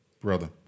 brother